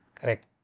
Correct